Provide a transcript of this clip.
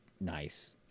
nice